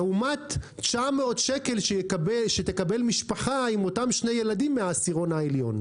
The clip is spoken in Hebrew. לעומת 900 שקל שתקבל משפחה עם אותם שני ילדים מהעשירון העליון.